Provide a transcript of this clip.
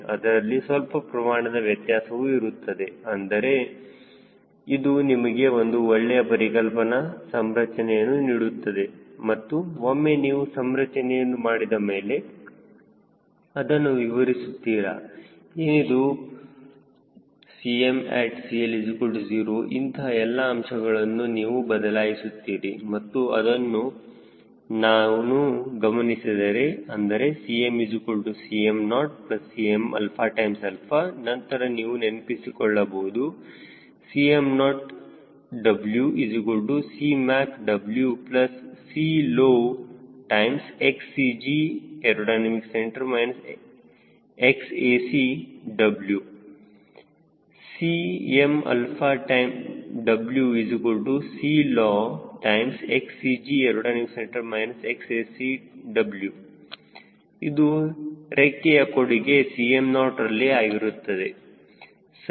ಅದರಲ್ಲಿ ಸ್ವಲ್ಪ ಪ್ರಮಾಣದ ವ್ಯತ್ಯಾಸವೂ ಇರುತ್ತದೆ ಆದರೆ ಇದು ನಿಮಗೆ ಒಂದು ಒಳ್ಳೆಯ ಪರಿಕಲ್ಪನಾ ಸಂರಚನೆಯನ್ನು ನೀಡುತ್ತದೆ ಮತ್ತು ಒಮ್ಮೆ ನೀವು ಸಂರಚನೆಯನ್ನು ಮಾಡಿದ ಮೇಲೆ ಅದನ್ನು ವಿವರಿಸುತ್ತೀರಾ ಏನಿದು what is Cmat CL0 ಇಂತಹ ಎಲ್ಲಾ ಅಂಶಗಳನ್ನು ನೀವು ಬದಲಾಯಿಸುತ್ತಿರಿ ಮತ್ತು ಅದನ್ನು ನಾನು ಗಮನಿಸಿದರೆ ಅಂದರೆ 𝐶m 𝐶mO 𝐶mα𝛼 ನಂತರ ನೀವು ನೆನಪಿಸಿಕೊಳ್ಳಬಹುದು Cm0wCmacwCLowXCGac Xac W CmwCLwXCGac Xac W ಇದು ರೆಕ್ಕೆಯ ಕೊಡುಗೆ 𝐶mOರಲ್ಲಿ ಆಗಿರುತ್ತದೆ ಸರಿ